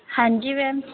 ਹਾਂਜੀ ਮੈਮ